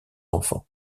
enfants